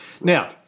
Now